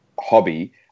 hobby